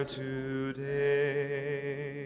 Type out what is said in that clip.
today